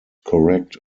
correct